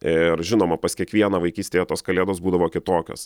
ir žinoma pas kiekvieną vaikystėje tos kalėdos būdavo kitokios